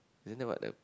isn't that what the